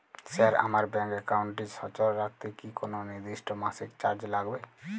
Sir আমার bank একাউন্টটি সচল রাখতে কি কোনো নির্দিষ্ট মাসিক চার্জ লাগবে?